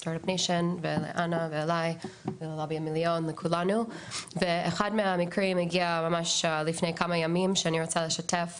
לאנה וללובי המיליון ואחד מהמקרים הגיע לפני כמה ימים שאני רוצה לשתף